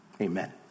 amen